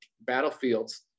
battlefields